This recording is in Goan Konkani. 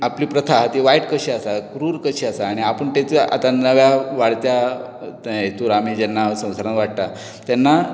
आपली प्रथा आहा ती वायट कशी आसा क्रूर कशी आसा आनी आपूण तेचो आतां नव्या वाडट्या हेतूंत आमी जेन्ना संवसारांत वाडटा तेन्ना